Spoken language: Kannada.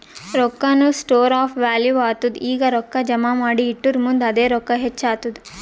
ರೊಕ್ಕಾನು ಸ್ಟೋರ್ ಆಫ್ ವ್ಯಾಲೂ ಆತ್ತುದ್ ಈಗ ರೊಕ್ಕಾ ಜಮಾ ಮಾಡಿ ಇಟ್ಟುರ್ ಮುಂದ್ ಅದೇ ರೊಕ್ಕಾ ಹೆಚ್ಚ್ ಆತ್ತುದ್